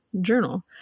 journal